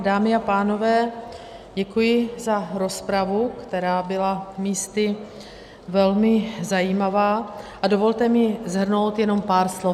Dámy a pánové, děkuji za rozpravu, která byla místy velmi zajímavá, a dovolte mi shrnout jenom pár slov.